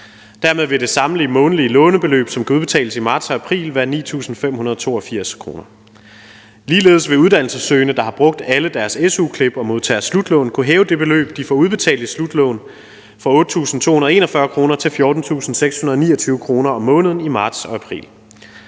Dermed vil det samlede månedlige lånebeløb, som kan udbetales i marts og april, være 9.582 kr. Ligeledes vil uddannelsessøgende, der har brugt alle deres su-klip og modtager slutlån, kunne hæve det beløb, de får udbetalt i slutlån, fra 8.241 kr. til 14.629 kr. om måneden i marts og april.